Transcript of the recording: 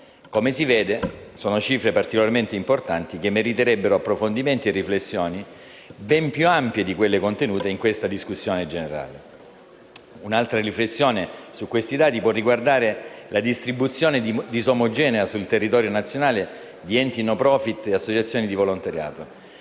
Come si vede, si tratta di cifre particolarmente importanti, che meriterebbero approfondimenti e riflessioni ben più ampie di quelle contenute in questa discussione generale. Un'altra riflessione su questi dati può riguardare la distribuzione disomogenea sul territorio nazionale di enti *no profit* e associazioni di volontariato.